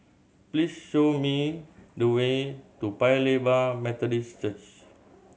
please show me the way to Paya Lebar Methodist Church